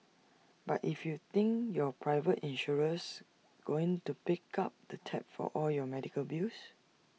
but if you think your private insurer's going to pick up the tab for all your medical bills